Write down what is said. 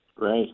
Right